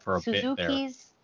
Suzuki's